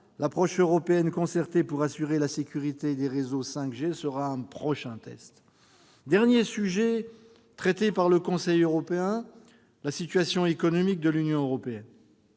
l'approche européenne concertée pour assurer la sécurité des réseaux 5G sera un prochain test. Dernier sujet traité par le Conseil européen : la situation économique de l'Union européenne.